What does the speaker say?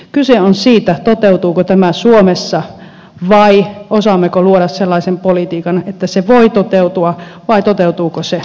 kyse on siitä toteutuuko tämä suomessa ja osaammeko luoda sellaisen politiikan että se voi toteutua vai toteutuuko se muualla